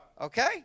Okay